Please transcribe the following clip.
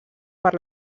per